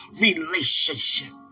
relationship